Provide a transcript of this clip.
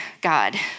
God